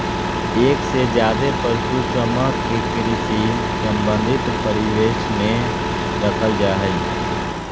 एक से ज्यादे पशु समूह के कृषि संबंधी परिवेश में रखल जा हई